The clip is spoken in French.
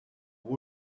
pour